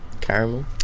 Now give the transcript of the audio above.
Caramel